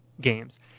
games